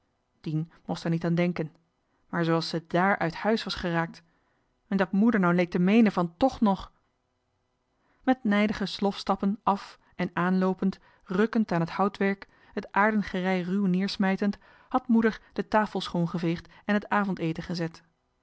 dien most d'er niet an denken maar zooa's ze dààr uit huis was geraakt en dat moeder nou leek te meenen van tch nog met nijdige slofstappen af en aan loopend rukkend aan t houtwerk het aardengerei ruw neersmijtend had moeder de tafel schoon geveegd en het avondeten gezet